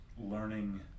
learning